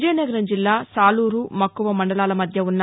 విజయనగరం జిల్లా సాలూరు మక్కువ మండలాల మధ్య ఉన్న